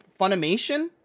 Funimation